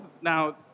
now